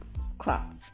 scrapped